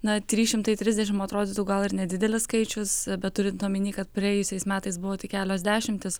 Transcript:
na trys šimtai trisdešimt atrodytų gal ir nedidelis skaičius bet turint omeny kad praėjusiais metais buvo tik kelios dešimtys